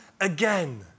again